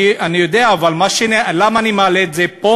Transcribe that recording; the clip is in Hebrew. אני יודע, אבל למה אני מעלה את זה פה?